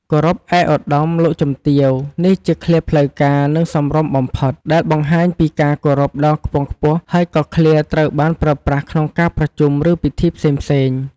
"គោរពឯកឧត្តម លោកជំទាវ" នេះជាឃ្លាផ្លូវការ និងសមរម្យបំផុត ដែលបង្ហាញពីការគោរពដ៏ខ្ពង់ខ្ពស់ហើយក៏ឃ្លាត្រូវបានប្រើប្រាស់ក្នុងការប្រជុំ ឬពិធីផ្សេងៗ។